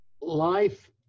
life